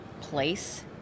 place